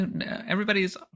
everybody's